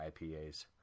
IPAs